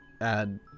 add